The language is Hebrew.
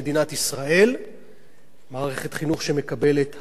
מערכת חינוך שמקבלת הרבה כסף ממדינת ישראל,